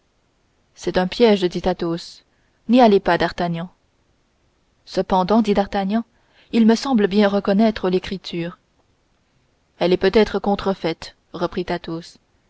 c'est un piège dit athos n'y allez pas d'artagnan cependant dit d'artagnan il me semble bien reconnaître l'écriture elle est peut-être contrefaite